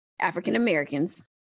African-Americans